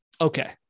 okay